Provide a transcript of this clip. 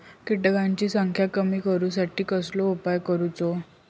किटकांची संख्या कमी करुच्यासाठी कसलो उपाय करूचो?